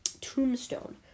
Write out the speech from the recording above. tombstone